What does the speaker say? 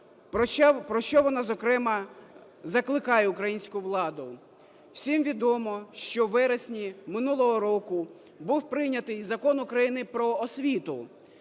Про що вона, зокрема, закликає українську владу? Всім відомо, що у вересні минулого року був прийнятий Закон України "Про освіту",